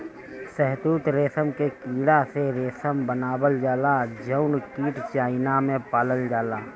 शहतूत रेशम के कीड़ा से रेशम बनावल जाला जउन कीट चाइना में पालल जाला